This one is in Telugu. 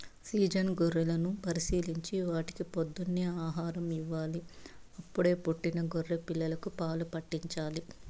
సీజన్ గొర్రెలను పరిశీలించి వాటికి పొద్దున్నే ఆహారం ఇవ్వాలి, అప్పుడే పుట్టిన గొర్రె పిల్లలకు పాలు పాట్టించాలి